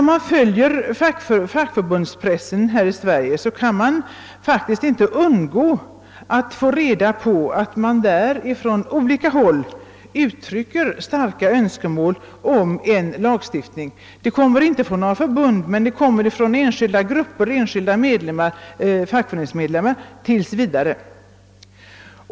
Om man följer fackförbundspressen här i Sverige kan man faktiskt inte undgå att få reda på att det där från alla håll uttrycks starka önskemål om en lagstiftning. Dessa önskemål framförs ännu inte från några förbund men från grupper och från enskilda fackföreningsmedlemmar — tills vidare.